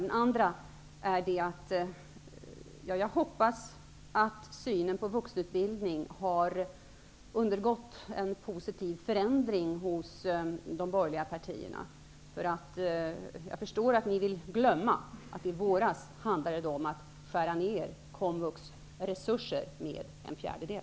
Den andra är att jag hoppas att synen på vuxenutbildning har undergått en positiv förändring hos de borgerliga partierna. Jag förstår att ni vill glömma att det i våras handlade om att skära ner komvux resurser med en fjärdedel.